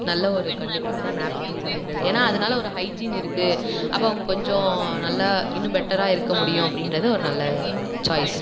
நல்ல ஒரு கண்டுபிடிப்பு தான் நாப்கின்ஸ் அப்படின்றது ஏன்னா அதனால ஒரு ஹைஜீன் இருக்கு அப்போ அவங்க கொஞ்சம் நல்லா இன்னும் பெட்டராக இருக்கமுடியும் அப்படின்றது ஒரு நல்ல சாய்ஸ்